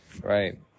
right